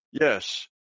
yes